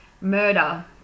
murder